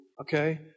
okay